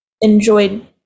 Enjoyed